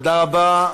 תודה רבה.